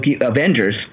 Avengers